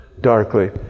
darkly